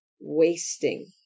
wasting